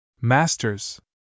Masters